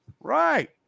right